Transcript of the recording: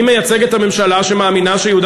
אני מייצג את הממשלה שמאמינה שיהודה